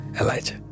Elijah